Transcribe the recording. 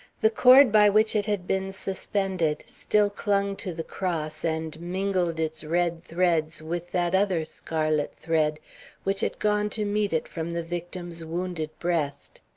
the cord by which it had been suspended still clung to the cross and mingled its red threads with that other scarlet thread which had gone to meet it from the victim's wounded breast.